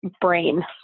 brain